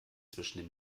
zwischen